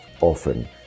often